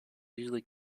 usually